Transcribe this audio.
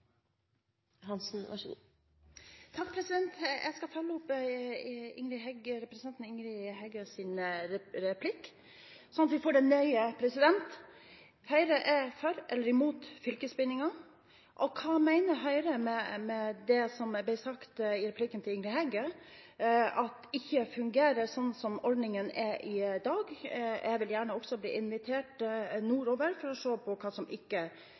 Høyre for eller imot fylkesbindingen? Og hva mener Høyre – med det som ble sagt i replikken til Ingrid Heggø – ikke fungerer, sånn som ordningen er i dag? Jeg vil gjerne også bli invitert nordover for å se på hva som ikke